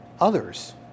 others